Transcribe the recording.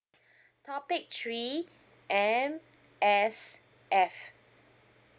topic three M_S_F